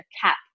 cap